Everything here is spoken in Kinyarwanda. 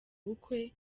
bukwe